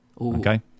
Okay